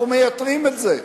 אנחנו מייתרים את זה.